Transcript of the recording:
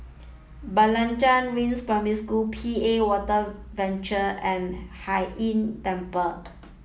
Blangah Rise Primary School P A Water Venture and Hai Inn Temple